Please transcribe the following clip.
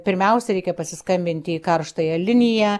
pirmiausia reikia pasiskambinti į karštąją liniją